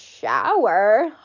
shower